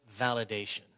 validation